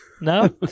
No